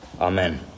Amen